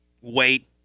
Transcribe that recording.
wait